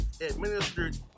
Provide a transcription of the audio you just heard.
administered